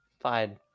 fine